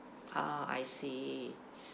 ah I see